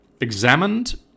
examined